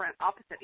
opposite